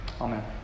amen